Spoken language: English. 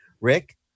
Rick